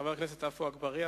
חבר הכנסת עפו אגבאריה,